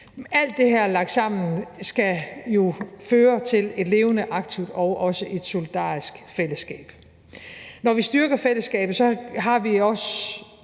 Alt det her lagt sammen skal jo føre til et levende, aktivt og også et solidarisk fællesskab. Når vi styrker fællesskabet, har vi også